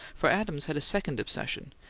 for adams had a second obsession,